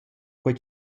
quai